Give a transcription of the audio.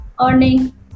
earning